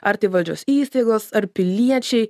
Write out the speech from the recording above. ar tai valdžios įstaigos ar piliečiai